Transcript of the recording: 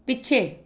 ਪਿੱਛੇ